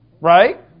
Right